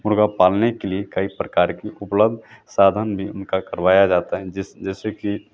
मुर्ग़ा पालने के लिए कई प्रकार के उपलब्ध साधन भी उनका करवाया जाता है जैस जैसे कि